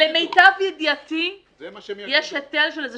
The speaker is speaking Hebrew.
למיטב ידיעתי, יש היטל של איזה